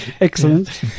excellent